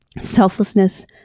selflessness